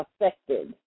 affected